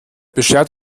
beschert